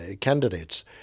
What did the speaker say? candidates